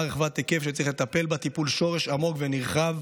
רחבת היקף שצריך לטפל בה טיפול שורש עמוק ונרחב,